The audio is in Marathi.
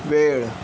वेळ